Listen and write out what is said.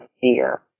fear